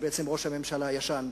או בעצם ראש הממשלה הישן,